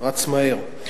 רץ מהר.